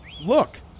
Look